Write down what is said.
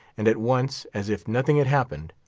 and at once, as if nothing had happened,